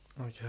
okay